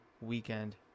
weekend